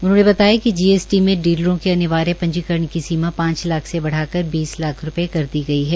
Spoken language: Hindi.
उन्होंने बताया कि जीएसटी में डीलरों के अनिवार्य पंजीकरण की सीमा पांच लाख से बढ़ाकर बीस लाख रूपये कर दी गई है